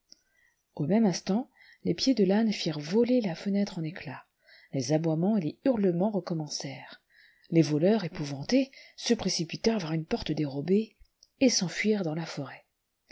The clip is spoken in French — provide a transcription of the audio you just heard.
au même instant les pieds de l'âne firent voler la fenêtre en éclats les aboiements et les hurlements recommencèrent les voleurs épouvantés se précipitèrent vers une porte dérobée et s'enfuirent dans la forêt